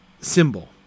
symbol